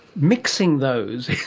mixing those